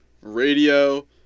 radio